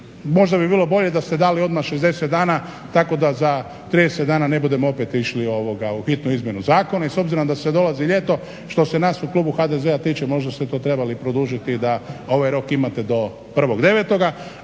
Možda bi bilo bolje da ste dali odmah 60 dana tako da za 30 dana ne budemo opet išli u hitnu izmjenu zakona i s obzirom da dolazi ljeto. Što se nas u klubu HDZ-a tiče možda ste to trebali produžiti da ovaj rok imate do 1.9.,